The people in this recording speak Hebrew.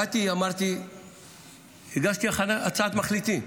באתי והגשתי הצעת מחליטים,